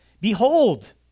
Behold